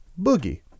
Boogie